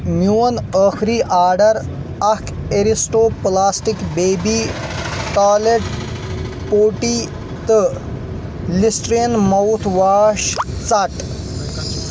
میون أخری آڈر اکھ Aristo plastic baby toilet potty تہٕ لِسٹریٖن ماوتھ واش ژٹ